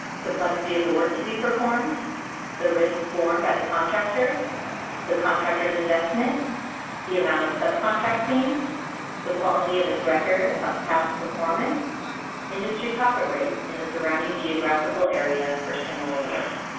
complexity of the work to be performed the risk borne by the contractor the contractor's investment the amount of subcontracting the quality of its record of past performance industry profit rates in the surrounding geographical area for similar work